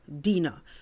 Dina